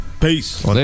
Peace